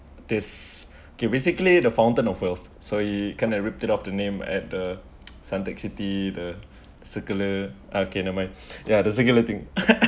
this okay basically the fountain of wealth so he can erupted of the name at the suntec city the circular okay never mind ya the circular thing